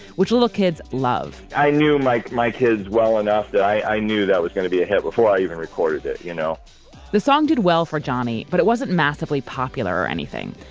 which little kids love i knew like my kids well enough that i knew that it was going to be a hit before i even recorded it, ya know the song did well for johnny, but it wasn't massively popular or anything.